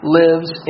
lives